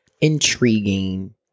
intriguing